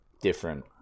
different